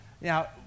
Now